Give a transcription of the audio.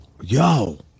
yo